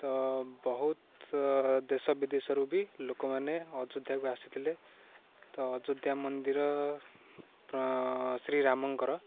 ତ ବହୁତ ଦେଶ ବିଦେଶରୁ ବି ଲୋକମାନେ ଅଯୋଧ୍ୟାକୁ ଆସିଥିଲେ ତ ଅଯୋଧ୍ୟା ମନ୍ଦିର ଶ୍ରୀରାମଙ୍କର